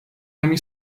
nami